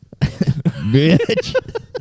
Bitch